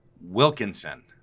wilkinson